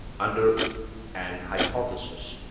under an hypothesis.